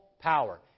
Power